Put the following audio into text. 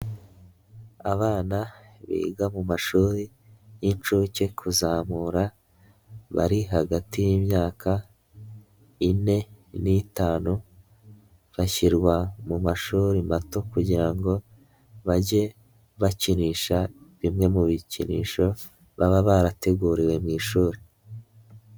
Abana biga mu mashuri y'inshuke kuzamura bari hagati y'imyaka ine n'itanu bashyirwa mu mashuri mato kugira ngo bajye bakinisha bimwe mu bikinisho baba barateguriwe mu ishuri.